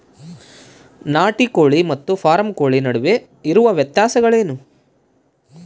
ನಾಟಿ ಕೋಳಿ ಮತ್ತು ಫಾರಂ ಕೋಳಿ ನಡುವೆ ಇರುವ ವ್ಯತ್ಯಾಸಗಳೇನು?